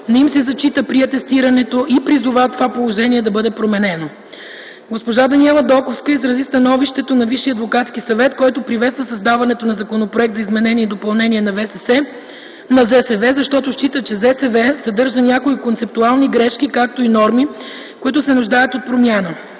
не им се зачита при атестирането и призова това положение да бъде променено. Госпожа Даниела Доковска изрази становището на Висшия адвокатски съвет, който приветства създаването на Законопроект за изменение и допълнение на ЗСВ, защото счита, че ЗСВ съдържа някои концептуални грешки, както и норми, които се нуждаят от промяна.